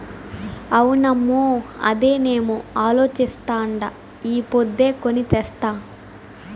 అవునమ్మో, అదేనేమో అలోచిస్తాండా ఈ పొద్దే కొని తెస్తా